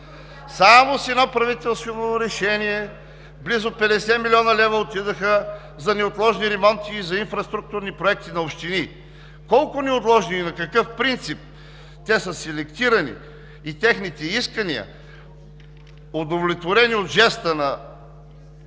Само с едно правителствено решение близо 50 млн. лв. отидоха за неотложни ремонти и за инфраструктурни проекти на общини. Колко неотложни и на какъв принцип са селектирани исканията на общините, удовлетворени от жеста,